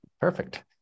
perfect